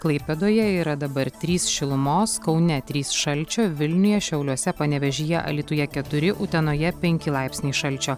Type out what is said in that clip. klaipėdoje yra dabar trys šilumos kaune trys šalčio vilniuje šiauliuose panevėžyje alytuje keturi utenoje penki laipsniai šalčio